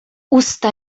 usta